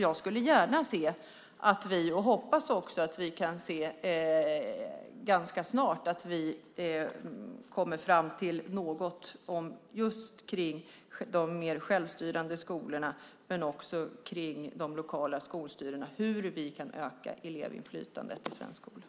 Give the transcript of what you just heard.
Jag skulle gärna se - jag hoppas det - att vi ganska snart kommer fram till något i fråga om de mer självstyrande skolorna och i fråga om de lokala skolstyrelserna när det gäller hur vi kan öka elevinflytandet i den svenska skolan.